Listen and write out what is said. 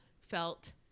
felt